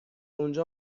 اونجا